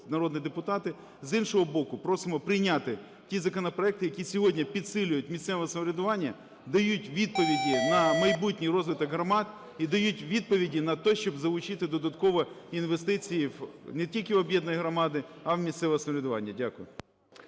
народні депутати. З іншого боку, просимо прийняти ті законопроекти, які сьогодні підсилюють місцеве самоврядування, дають відповіді на майбутній розвиток громад і дають відповіді на те, щоб залучити додатково інвестиції не тільки в об'єднані громади, а й у місцеве самоврядування. Дякую.